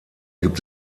gibt